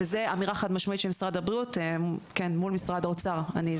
וזו אמירה חד משמעית של משרד הבריאות מול משרד האוצר.